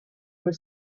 were